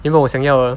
原本我想要的